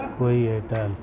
کوئی ایئرٹیل